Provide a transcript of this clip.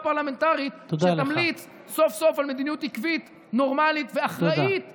סמי אבו